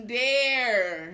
dare